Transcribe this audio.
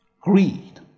Greed